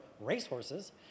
racehorses